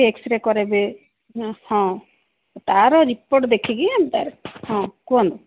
x-ray କରାଇବେ ହଁ ତାର ରିପୋର୍ଟ ଦେଖିକି ହଁ କୁହନ୍ତୁ